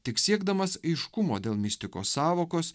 tik siekdamas aiškumo dėl mistikos sąvokos